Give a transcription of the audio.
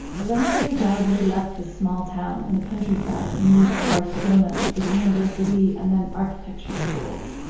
eventually gaudi left his small town in the countryside and moved to barcelona for university and then architecture school.